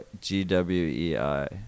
G-W-E-I